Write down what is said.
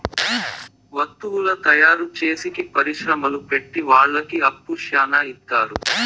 వత్తువుల తయారు చేసేకి పరిశ్రమలు పెట్టె వాళ్ళకి అప్పు శ్యానా ఇత్తారు